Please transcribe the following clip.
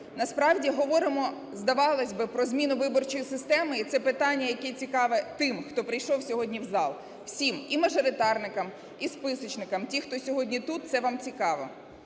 Насправді говоримо, здавалось би, про зміну виборчої системи. І це питання, яке цікаве тим, хто прийшов сьогодні в зал, всім: і мажоритарникам, і списочникам. Ті, хто сьогодні тут, це вам цікаво.